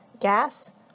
gas